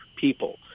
people